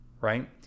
right